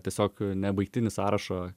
tiesiog nebaigtinį sąrašą